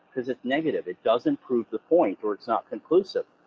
cause it's negative, it doesn't prove the point, or it's not conclusive,